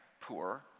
poor